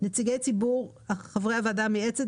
נציגי ציבור חברי הוועדה המייעצת,